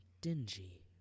dingy